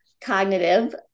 cognitive